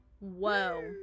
Whoa